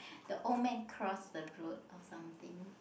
the old man cross the road or something